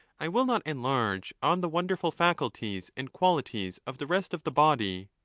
i will not enlarge on the wonderful faculties and qualities of the rest of the body,